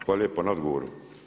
Hvala lijepo na odgovor.